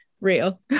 real